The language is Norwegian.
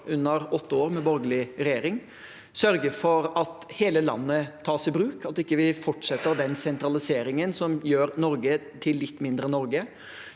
under åtte år med borgerlig regjering, sørge for at hele landet tas i bruk, at vi ikke fortsetter den sentraliseringen som gjør Norge til litt mindre Norge,